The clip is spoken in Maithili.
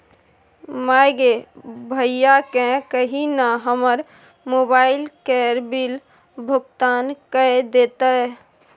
माय गे भैयाकेँ कही न हमर मोबाइल केर बिल भोगतान कए देतै